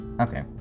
Okay